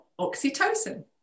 oxytocin